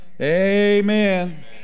Amen